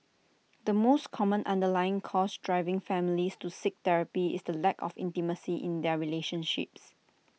the most common underlying cause driving families to seek therapy is the lack of intimacy in their relationships